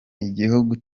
igihugu